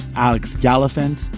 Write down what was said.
alex gallafent.